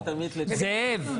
זאב,